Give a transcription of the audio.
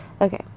Okay